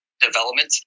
development